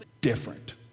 different